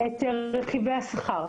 את רכיבי השכר,